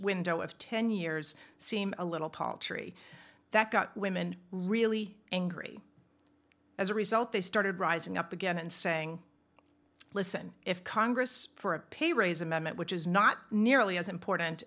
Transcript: window of ten years seem a little paltry that got women really angry as a result they started rising up again and saying listen if congress for a pay raise amendment which is not nearly as important